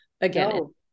again